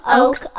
oak